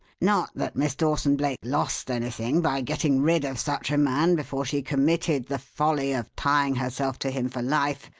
not that miss dawson-blake lost anything by getting rid of such a man before she committed the folly of tying herself to him for life,